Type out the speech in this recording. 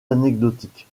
anecdotique